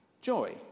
joy